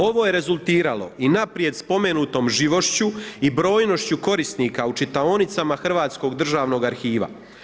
Ovo je rezultiralo i naprijed spomenutom živošću i brojnošću korisnika u čitaonicama Hrvatskog državnog arhiva.